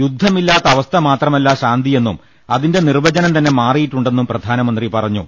യുദ്ധമില്ലാത്ത അവസ്ഥ മാത്രമല്ല ശാന്തിയെന്നും അതിന്റെ നിർവ്വചനം തന്നെ മാറിയിട്ടുണ്ടെന്നും പ്രധാന മന്ത്രി പറഞ്ഞു